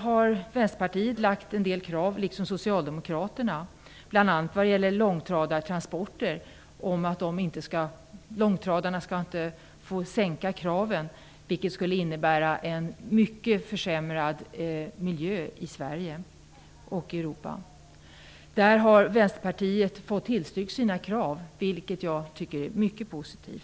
har Vänsterpartiet liksom Socialdemokraterna ställt en del krav, bl.a. när det gäller långtradartransporter. Långtradarna skall t.ex. inte få sänka kraven, vilket skulle innebära en mycket försämrad miljö i Sverige och i Europa. Där har Vänsterpartiet fått sina krav tillstyrkta, vilket jag tycker är mycket positivt.